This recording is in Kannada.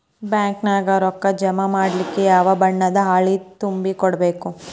ಬ್ಯಾಂಕ ನ್ಯಾಗ ರೊಕ್ಕಾ ಜಮಾ ಮಾಡ್ಲಿಕ್ಕೆ ಯಾವ ಬಣ್ಣದ್ದ ಹಾಳಿ ತುಂಬಿ ಕೊಡ್ಬೇಕು?